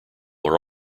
are